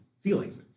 feelings